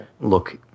look